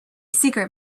secret